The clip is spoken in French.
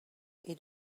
est